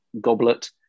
goblet